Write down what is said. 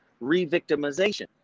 re-victimization